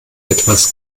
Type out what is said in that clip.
etwas